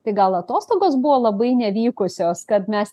tai gal atostogos buvo labai nevykusios kad mes